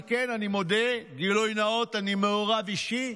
כן, אני מודה, גילוי נאות, אני מעורב אישית.